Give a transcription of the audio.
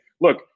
look